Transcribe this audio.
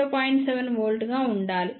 7 V గా ఉండాలి